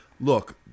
Look